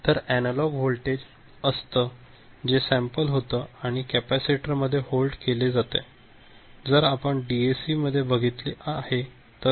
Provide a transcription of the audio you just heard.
तर analogue voltage असतं जे सॅम्पल होते आणि कपॅसिटर मध्ये होल्ड केले जाते जसे आपण डीएसी मध्ये बघितले आहे तसे